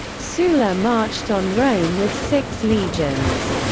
sulla marched on rome with six legions.